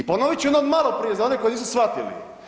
I ponovit ću ono od maloprije za one koji nisu shvatili.